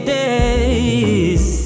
days